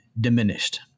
diminished